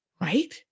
right